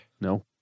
No